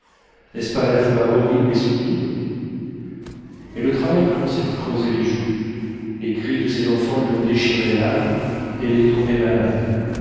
n'est-ce pas à la fois horrible et sublime mais le travail commence à lui creuser les joues les cris de ses enfants lui ont déchiré l'âme elle est tombée malade